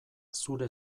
zure